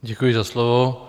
Děkuji za slovo.